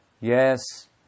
Yes